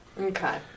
Okay